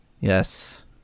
Yes